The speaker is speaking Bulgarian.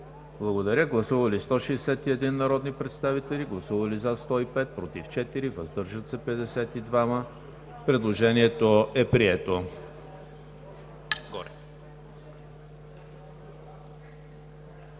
съвет. Гласували 161 народни представители: за 105, против 4, въздържали се 52. Предложението е прието.